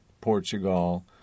Portugal